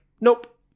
Nope